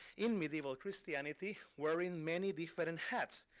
in medieval christianity wearing many different and hats,